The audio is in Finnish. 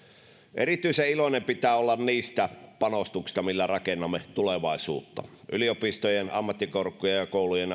erityisen iloinen pitää olla niistä panostuksista millä rakennamme tulevaisuutta yliopistojen ammattikorkeakoulujen